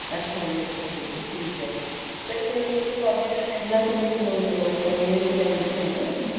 ਅੱਛਾ ਜੀ ਅੱਛਾ ਜੀ ਠੀਕ ਹੈ ਸਰ ਕੀ ਕਸੋਲੀ ਤੋਂ ਸ਼ਿਮਲਾ ਕਿੰਨੇ ਕਿਲੋਮੀਟਰ ਉੱਪਰ ਇਹ ਕੋਈ ਆਈਡੀਆ ਹੈਗਾ ਤੁਹਾਨੂੰ